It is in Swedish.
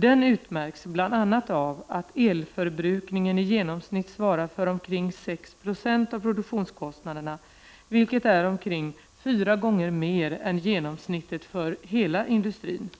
Den utmärks bl.a. av att elförbrukningen i genomsnitt svarar för omkring 6 20 av produktionskostnaderna, vilket är omkring fyra gånger mer än genomsnittet för hela industrin.